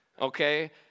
okay